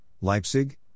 leipzig